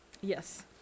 Yes